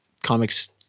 comics